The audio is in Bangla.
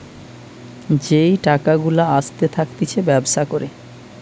যেই টাকা গুলা আসতে থাকতিছে ব্যবসা করে